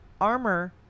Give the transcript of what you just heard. armor